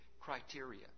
criteria